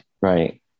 right